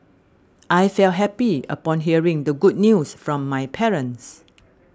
I felt happy upon hearing the good news from my parents